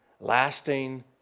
Lasting